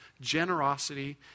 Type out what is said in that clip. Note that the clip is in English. generosity